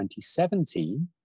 2017